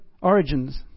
origins